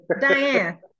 Diane